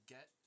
Get